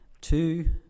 Two